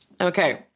Okay